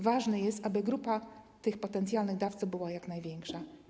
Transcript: Ważne jest, aby grupa tych potencjalnych dawców była jak największa.